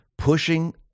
Pushing